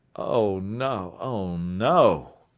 oh no, oh no.